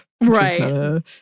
Right